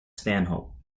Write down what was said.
stanhope